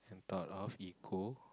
thought of ego